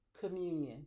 communion